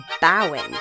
bowing